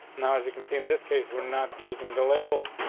now, as you can see in this case, we're not using the label.